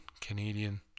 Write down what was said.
Canadian